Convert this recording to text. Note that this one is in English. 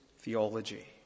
theology